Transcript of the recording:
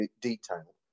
detail